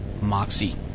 moxie